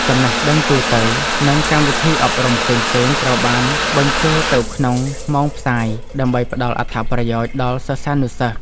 ចំណេះដឹងទូទៅ និងកម្មវិធីអប់រំផ្សេងៗត្រូវបានបញ្ចូលទៅក្នុងម៉ោងផ្សាយ ដើម្បីផ្តល់អត្ថប្រយោជន៍ដល់សិស្សានុសិស្ស។